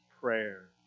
prayer